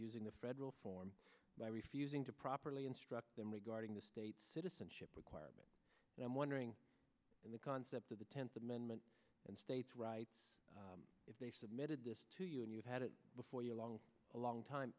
using the federal form by refusing to properly instruct them regarding the state citizenship required and i'm wondering the concept of the tenth amendment and states rights if they submitted this to you and you had it before you a long long time